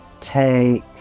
take